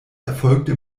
erfolgte